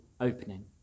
opening